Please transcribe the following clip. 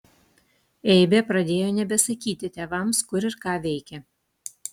eibė pradėjo nebesakyti tėvams kur ir ką veikia